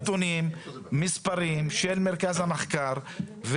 יש נתונים, מספרים של מרכז המחקר.